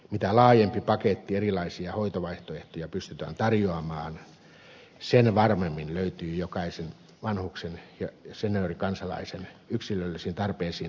mitä laajempi paketti erilaisia hoitovaihtoehtoja pystytään tarjoamaan sen varmemmin löytyy jokaisen vanhuksen ja seniorikansalaisen yksilöllisiin tarpeisiin sopiva palvelumalli